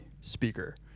speaker